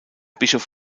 bischof